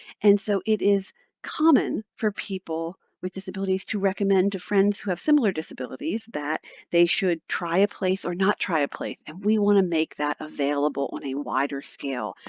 and so it is common for people with disabilities to recommend to friends who have similar disabilities that they should try a place or not try a place. and we want to make that available on a wider scale.